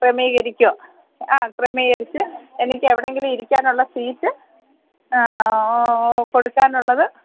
ക്രമീകരിക്കുക ആ ക്രമീകരിച്ച് എനിക്ക് എവിടെങ്കിലും ഇരിക്കാനുള്ള സീറ്റ് കൊടുക്കാനുള്ളത്